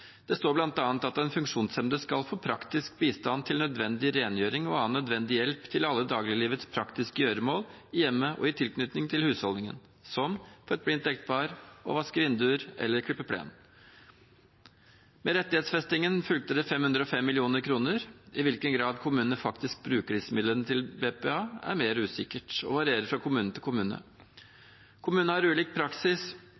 Det står bl.a. at den funksjonshemmede skal få «praktisk bistand til nødvendig rengjøring og annen nødvendig hjelp til alle dagliglivets praktiske gjøremål i hjemmet og i tilknytning til husholdningen» – som, for et blindt ektepars del, å få vasket vinduer eller klippet plenen. Med rettighetsfestingen fulgte det 505 mill. kr. I hvilken grad kommunene faktisk bruker disse midlene til BPA, er mer usikkert og varierer fra kommune til